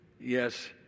Yes